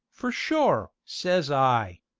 for sure says i.